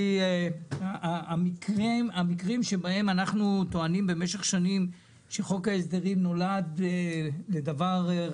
המקרים שאנחנו טוענים במשך שנים שחוק ההסדרים נולד בשבילם...